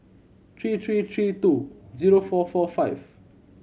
three three three two zero four four five